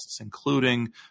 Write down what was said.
including